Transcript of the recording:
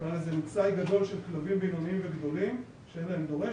נקרא לזה מצאי גדול של כלבים בינוניים וגדולים שאין להם דורש,